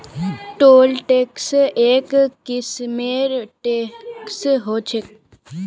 toll tax एक किस्मेर tax ह छः